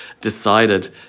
decided